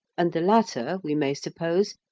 and the latter, we may suppose,